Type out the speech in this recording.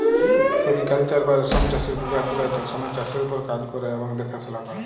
sericulture বা রেশম চাষের বিভাগ গুলা রেশমের চাষের উপর কাজ ক্যরে এবং দ্যাখাশলা ক্যরে